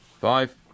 Five